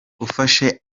ufashe